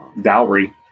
dowry